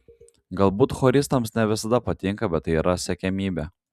galbūt choristams ne visada patinka bet tai yra siekiamybė